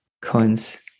Coin's